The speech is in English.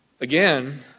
Again